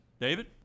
David